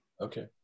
okay